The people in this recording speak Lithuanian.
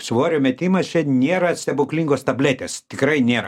svorio metimas čia nėra stebuklingos tabletės tikrai nėra